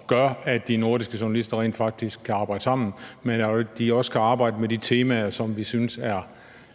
som gør, at de nordiske journalister rent faktisk kan arbejde sammen, men at de også kan arbejde med de temaer, som de synes